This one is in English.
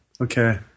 Okay